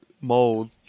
mold